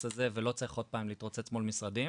הזה ולא צריך עוד פעם להתרוצץ מול משרדים.